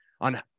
on